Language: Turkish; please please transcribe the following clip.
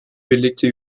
birlikte